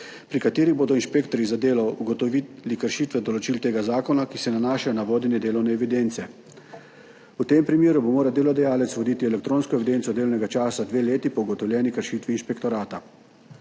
pri katerih bodo inšpektorji za delo ugotovili kršitve določil tega zakona, ki se nanašajo na vodenje delovne evidence. V tem primeru bo moral delodajalec voditi elektronsko evidenco delovnega časa dve leti po ugotovljeni kršitvi inšpektorata.